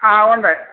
ആ ഉണ്ട്